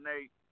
Nate